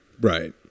Right